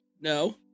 No